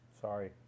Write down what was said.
Sorry